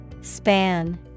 Span